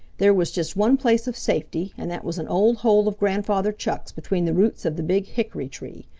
there was just one place of safety, and that was an old hole of grandfather chuck's between the roots of the big hickory-tree.